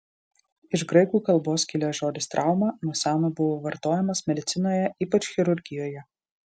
iš graikų kalbos kilęs žodis trauma nuo seno buvo vartojamas medicinoje ypač chirurgijoje